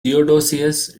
theodosius